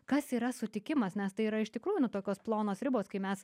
kas yra sutikimas nes tai yra iš tikrųjų nu tokios plonos ribos kai mes